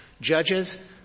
Judges